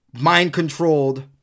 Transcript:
mind-controlled